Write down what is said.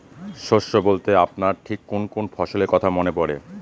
শস্য বলতে আপনার ঠিক কোন কোন ফসলের কথা মনে পড়ে?